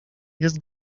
jest